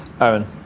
Aaron